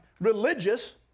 religious